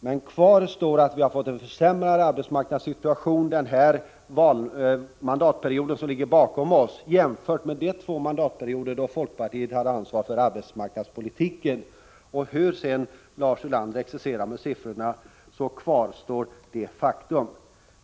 Men kvar står att vi har fått en försämrad arbetsmarknadssituation under den mandatperiod som ligger bakom oss jämfört med de två mandatperioder då folkpartiet hade ansvaret för arbetsmarknadspolitiken. Hur Lars Ulander sedan exercerar med siffrorna kvarstår detta faktum.